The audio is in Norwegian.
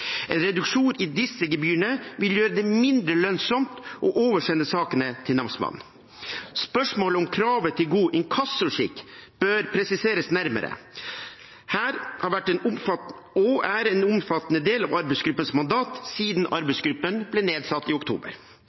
En reduksjon i disse gebyrene vil gjøre det mindre lønnsomt å oversende sakene til namsmannen. Spørsmålet om kravet til god inkassoskikk bør presiseres nærmere og har vært en omfattende del av arbeidsgruppens mandat siden arbeidsgruppen ble nedsatt i oktober.